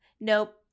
Nope